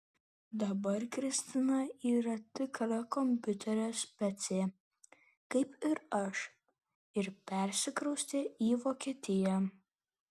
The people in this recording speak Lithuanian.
dabar kristina yra tikra kompiuterio specė kaip ir aš ir persikraustė į vokietiją